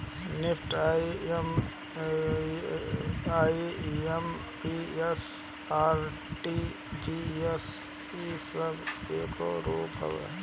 NEFT, IMPS, RTGS इ सब एकरे रूप हवे